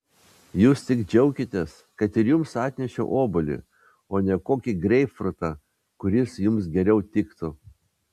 jūs tik džiaukitės kad ir jums atnešiau obuolį o ne kokį greipfrutą kuris jums geriau tiktų